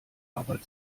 arbeit